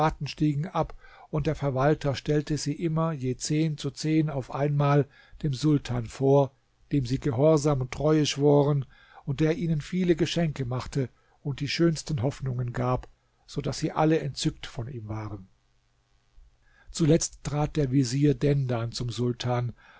ab und der verwalter stellte sie immer je zehn zu zehn auf einmal dem sultan vor dem sie gehorsam und treue schworen und der ihnen viele geschenke machte und die schönsten hoffnungen gab so daß sie alle entzückt von ihm waren zuletzt trat der vezier dendan zum sultan